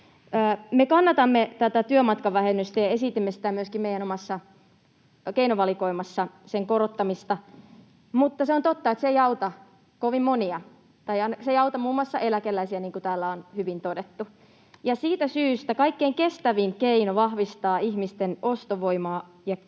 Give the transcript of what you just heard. Me kannatamme tätä työmatkavähennystä ja esitimme sen korottamista myöskin meidän omassa keinovalikoimassamme. Mutta on totta, että se ei auta kovin monia — se ei auta muun muassa eläkeläisiä, niin kuin täällä on hyvin todettu. Ja siitä syystä kaikkein kestävin keino vahvistaa ihmisten ostovoimaa ja niitä